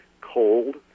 cold